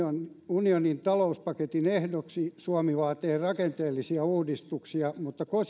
unionin talouspaketin ehdoksi suomi vaatii rakenteellisia uudistuksia mutta